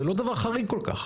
זה לא דבר חריג כל כך.